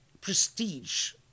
prestige